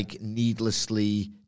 needlessly